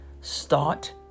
Start